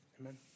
amen